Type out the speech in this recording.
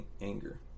anger